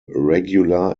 regular